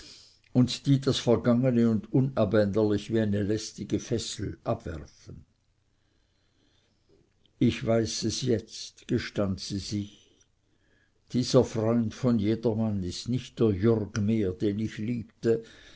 und die das vergangene und unabänderliche wie eine lästige fessel abwerfen ich weiß es jetzt gestand sie sich dieser freund von jedermann ist nicht der jürg mehr den ich liebte